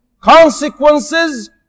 consequences